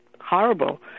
horrible